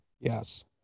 Yes